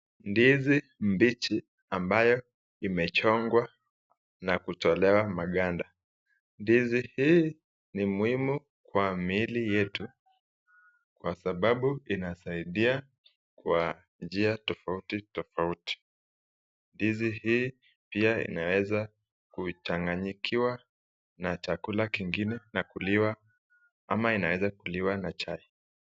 Ndizi mbichi ambayo imechongwa na kutolewa maganda. Ndizi hii ni muhimu kwa miili yetu kwa sababu inasaidia kwa njia tofauti tofauti. Ndizi hii pia inaweza kuchanganikiwa na chakula nyingine na kuliwa ama inaweza kuliwa na chai.